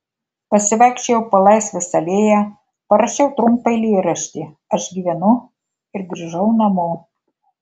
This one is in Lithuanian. pasivaikščiojau po laisvės alėją parašiau trumpą eilėraštį aš gyvenu ir grįžau namo